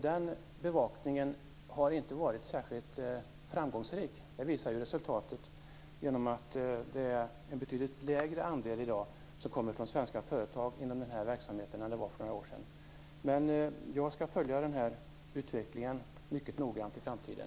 Den bevakningen har inte varit särskilt framgångsrik. Det visar resultaten. Det finns i dag en betydligt mindre andel svenska företag inom denna verksamhet än för några år sedan. Jag skall följa utvecklingen mycket noggrant i framtiden.